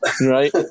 Right